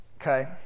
okay